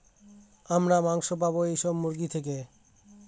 আমরা মাংস পাবো এইসব মুরগি থেকে